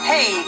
Hey